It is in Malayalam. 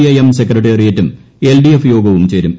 ഐ എം സെക്രട്ടേറിയറ്റും എൽഡിഎഫ് യോഗവും ചേരും